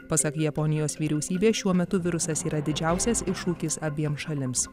pasak japonijos vyriausybės šiuo metu virusas yra didžiausias iššūkis abiem šalims